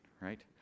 right